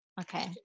okay